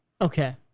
okay